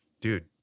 dude